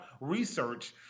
research